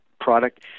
product